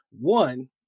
one